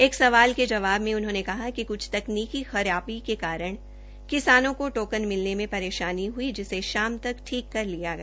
एक सवाल के जवाब में उन्होंने कहा कि क्छ तकनीकी खराबी के कारण किसानों को टोकन मिलने में परेशानी हुई जिसे शाम तक ठीक कर दिया गया